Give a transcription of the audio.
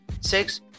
six